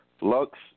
Lux